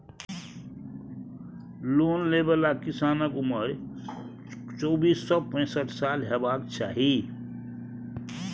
loan लय बला किसानक उमरि चौबीस सँ पैसठ साल हेबाक चाही